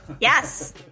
yes